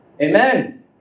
Amen